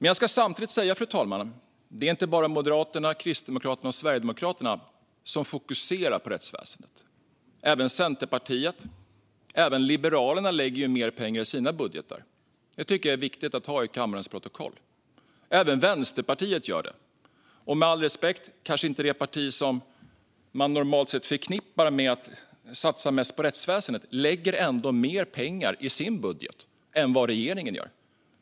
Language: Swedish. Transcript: Jag ska dock samtidigt säga, fru talman, att det inte bara är Moderaterna, Kristdemokraterna och Sverigedemokraterna som fokuserar på rättsväsendet. Även Centerpartiet och Liberalerna lägger mer pengar i sina budgetar. Det tycker jag är viktigt att få fört till kammarens protokoll. Även Vänsterpartiet gör det. Med all respekt - det parti som man normalt sett kanske inte förknippar med att satsa mest på rättsväsendet lägger mer pengar i sin budget än vad regeringen gör.